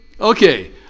Okay